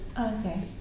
Okay